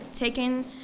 Taken